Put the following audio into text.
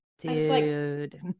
dude